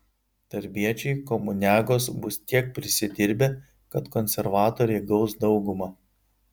darbiečiai komuniagos bus tiek prisidirbę kad konservatoriai gaus daugumą